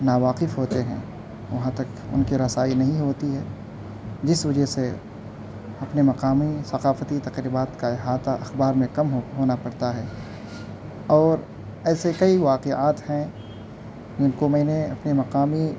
ناواقف ہوتے ہیں وہاں تک ان کے رسائی نہیں ہوتی ہے جس وجہ سے اپنے مقامی ثقافتی تقریبات کا احاطہ اخبار میں کم ہو ہونا پڑتا ہے اور ایسے کئی واقعات ہیں جن کو میں نے اپنے مقامی